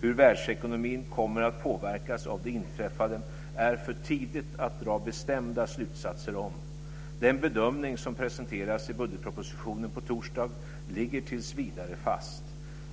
Hur världsekonomin kommer att påverkas av det inträffade är för tidigt att dra bestämda slutsatser om. Den bedömning som presenteras i budgetpropositionen på torsdag ligger tills vidare fast.